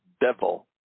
devil